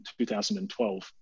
2012